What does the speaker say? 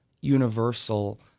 universal